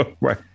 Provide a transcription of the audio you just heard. Right